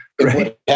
Right